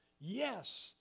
Yes